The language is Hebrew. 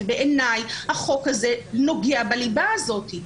ובעיניי החוק הזה נוגע בליבה הזאת.